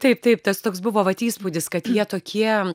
taip taip tas toks buvo vat įspūdis kad jie tokie